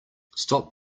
stop